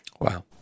Wow